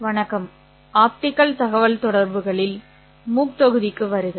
வணக்கம் ஆப்டிகல் தகவல்தொடர்புகளில் MOOC தொகுதிக்கு வருக